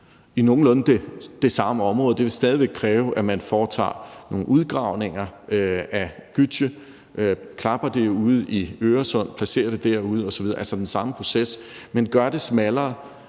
i nogenlunde det samme område – det vil stadig væk kræve, at man foretager nogle udgravninger af gytje og klapper det ude i Øresund, placerer det derude osv., altså den samme proces, men hvor man gør det smallere.